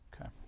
Okay